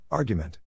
Argument